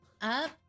Up